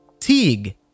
Teague